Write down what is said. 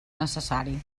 necessari